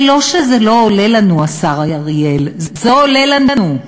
זה לא שזה לא עולה לנו, השר אריאל, זה עולה לנו,